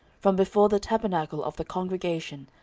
from before the tabernacle of the congregation,